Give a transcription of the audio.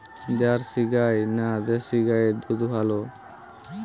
Jersey গাই না দেশী গাইয়ের দুধ ভালো?